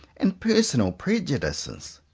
and personal prejudices?